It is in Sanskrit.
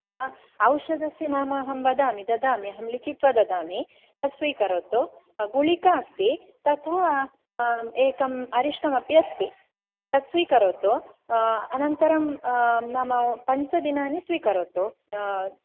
अस् औषधस्य नाम अहं वदामि ददामि अहं लिखित्वा ददामि तत् स्वीकरोतु गुळिका अस्ति तथा एकम् अरिष्टमपि अस्ति तत् स्वीकरोतु अनन्तरं नाम पञ्चदिनानि स्वीकरोतु